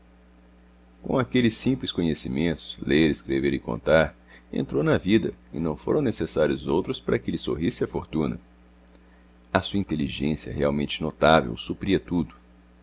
com aqueles simples conhecimentos ler escrever e contar entrou na vida e não foram necessários outros para que lhe sorrisse a fortuna a sua inteligência realmente notável supria tudo